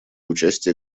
участия